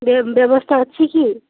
ବେ ବ୍ୟବସ୍ଥା ଅଛି କି